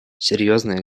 серьезная